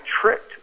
tricked